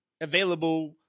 available